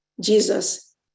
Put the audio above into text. Jesus